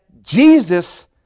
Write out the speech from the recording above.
Jesus